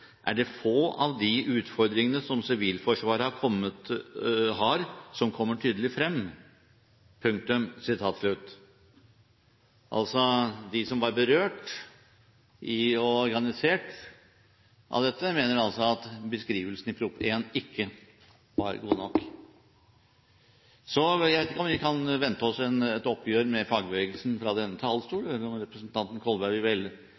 er det få av de utfordringene som Sivilforsvaret har som kommer tydelig frem». De som var berørt – og organisert – av dette, mener altså at beskrivelsen i Prop. 1 S ikke var god nok. Jeg vet ikke om vi kan vente oss et oppgjør med fagbevegelsen fra denne talerstol, eller om representanten Kolberg